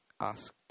asked